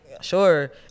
sure